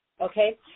Okay